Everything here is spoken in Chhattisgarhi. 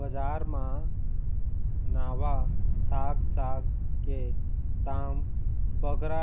बजार मा नावा साग साग के दाम बगरा